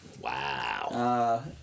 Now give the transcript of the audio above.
Wow